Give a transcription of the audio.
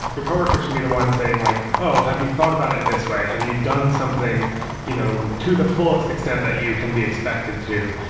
your co-workers should be the one saying like, oh, have you thought about it this way? have you done something you know to the fullest extent that you can be expected to?